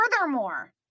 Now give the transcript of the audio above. Furthermore